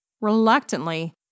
Reluctantly